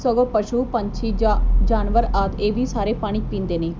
ਸਗੋਂ ਪਸ਼ੂ ਪੰਛੀ ਜਾ ਜਾਨਵਰ ਆਦਿ ਇਹ ਵੀ ਸਾਰੇ ਪਾਣੀ ਪੀਂਦੇ ਨੇ